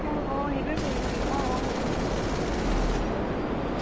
অ অ সেইটোৱে কৰিব লাগিব অ অ হ'ব দিয়ক অ